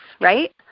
right